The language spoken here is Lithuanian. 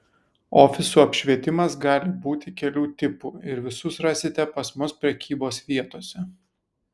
ofisų apšvietimas gali būti kelių tipų ir visus rasite pas mus prekybos vietose